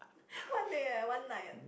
one day eh one night